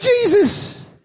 Jesus